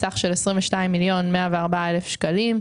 סך של 22,104,000 שקלים.